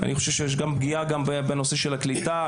אני חושב שיש פגיעה גם בנושא של הקליטה,